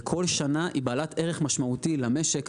וכל שנה היא בעלת ערך משמעותי למשק,